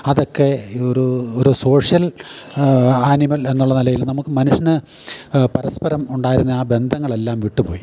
അതൊക്കെ ഒരു ഒരു സോഷ്യൽ ആനിമൽ എന്നുള്ള നിലയിൽ നമുക്ക് മനുഷ്യന് പരസ്പരം ഉണ്ടായിരുന്ന ആ ബന്ധങ്ങളെല്ലാം വിട്ടുപോയി